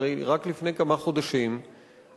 הרי רק לפני כמה חודשים אמרת,